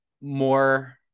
more